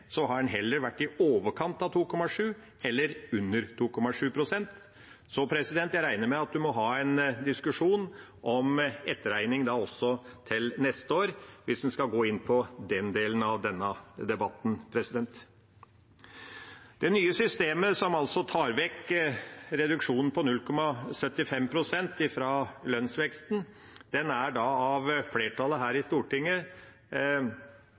har det heller vært i overkant av 2,7 pst. eller under 2,7 pst. Så jeg regner med at en må ha en diskusjon om etterregning også til neste år, hvis en skal gå inn på den delen av denne debatten. Det nye systemet, som altså tar vekk reduksjonen på 0,75 pst. fra lønnsveksten, er av flertallet her i Stortinget